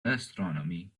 astronomy